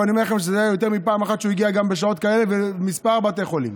ואני אומר לכם שיותר מפעם אחת הוא הגיע בשעות כאלה לכמה בתי חולים.